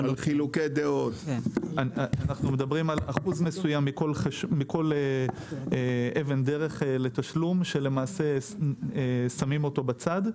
אנחנו מדברים על אחוז מסוים מכל אבן דרך לתשלום שלמעשה שמים אותו בצד.